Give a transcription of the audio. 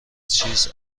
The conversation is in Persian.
چیز